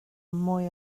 mwy